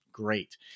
great